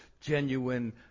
genuine